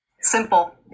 Simple